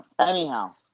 Anyhow